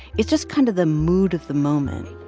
it's just kind of the mood of the moment.